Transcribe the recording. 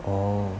oh